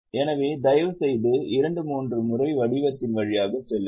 எனவே தயவுசெய்து இரண்டு மூன்று முறை வடிவத்தின் வழியாக செல்லுங்கள்